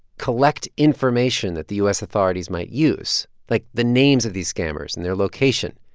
collect information that the u s. authorities might use, like the names of these scammers and their location,